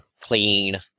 clean